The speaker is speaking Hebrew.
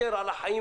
ויתר על החיים,